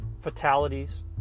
fatalities